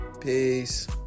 peace